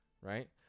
right